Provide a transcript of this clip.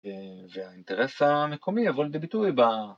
‫והאינטרס המקומי, יבוא לידי ביטוי, ‫ב...